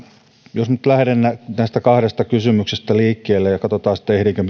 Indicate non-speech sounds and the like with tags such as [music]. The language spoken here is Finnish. jos nyt lähden näistä kahdesta kysymyksestä liikkeelle ja katsotaan sitten ehdinkö [unintelligible]